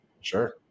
Sure